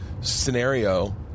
scenario